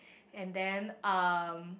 and then um